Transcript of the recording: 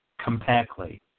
compactly